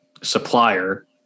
supplier